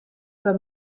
foar